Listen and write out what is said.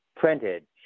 Printed